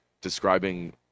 describing